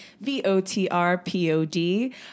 V-O-T-R-P-O-D